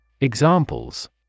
Examples